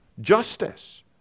justice